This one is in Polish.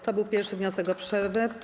To był pierwszy wniosek o przerwę.